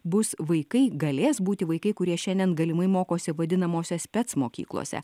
bus vaikai galės būti vaikai kurie šiandien galimai mokosi vadinamose spec mokyklose